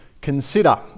consider